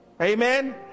Amen